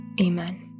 amen